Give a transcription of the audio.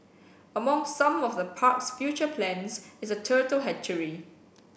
among some of the park's future plans is a turtle hatchery